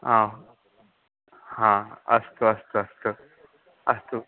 आम् हा अस्तु अस्तु अस्तु अस्तु अस्तु